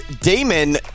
Damon